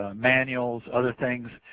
ah manuals, other things